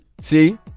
See